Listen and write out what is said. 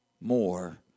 more